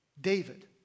David